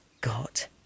got